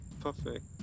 perfect